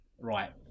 right